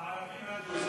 הערביים הדרוזיים.